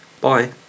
Bye